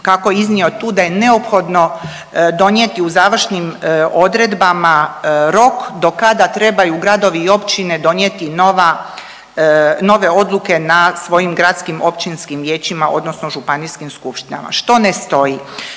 kako je iznio tu da je neophodno donijeti u završnim odredbama rok do kada trebaju gradovi i općine donijeti nove odluke na svojim gradskim, općinskim vijećima, odnosno županijskim skupštinama što ne stoji.